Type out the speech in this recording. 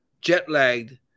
jet-lagged